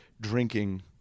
drinking